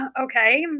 okay